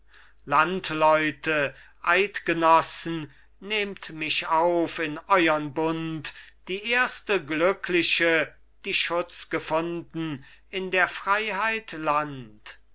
landleute eidgenossen nehmt mich auf in euern bund die erste glückliche die schutz gefunden in der freiheit land